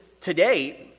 today